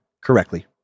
correctly